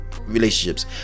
relationships